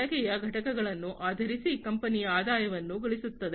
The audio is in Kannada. ಬಳಕೆಯ ಘಟಕಗಳನ್ನು ಆಧರಿಸಿ ಕಂಪನಿಯು ಆದಾಯವನ್ನು ಗಳಿಸುತ್ತದೆ